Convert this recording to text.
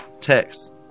text